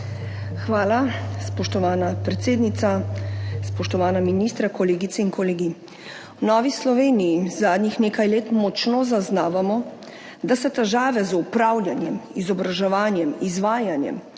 Hvala. Spoštovana predsednica, spoštovana ministra, kolegice in kolegi! V Novi Sloveniji zadnjih nekaj let močno zaznavamo, da se težave z upravljanjem, izobraževanjem, izvajanjem,